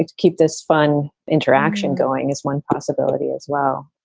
keep this fun interaction going is one possibility as well.